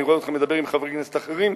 אני רואה אותך מדבר עם חברי כנסת אחרים.